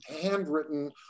handwritten